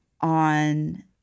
on